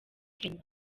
kenya